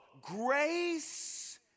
grace